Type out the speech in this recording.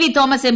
V Thomas M